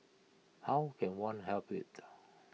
how can one help IT